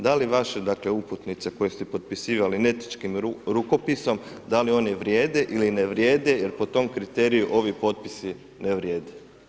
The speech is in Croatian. Da li vaše, dakle uputnice koje ste potpisivali nečitkim rukopisom, da li one vrijede ili ne vrijede jer po tom kriteriju ovi potpisi ne vrijede?